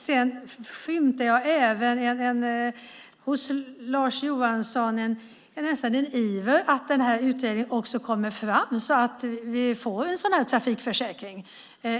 Sedan skymtar jag även hos Lars Johansson nästan en iver att den här utredningen kommer fram så att vi får en sådan här trafikförsäkring.